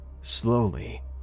Slowly